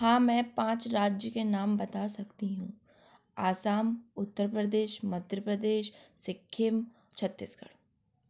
हाँ मैं पाँच राज्य के नाम बता सकती हूँ असम उत्तर प्रदेश मध्य प्रदेश सिक्किम छत्तीसगढ़